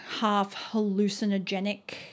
half-hallucinogenic